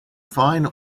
fine